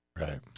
right